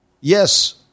Yes